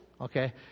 okay